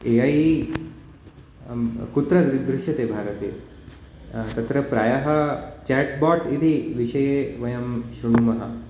ए I कुत्र दृश्यते भारते तत्र प्रायः चाट् बाट् इति विषये वयं श्रुण्मः